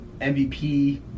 MVP